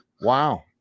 Wow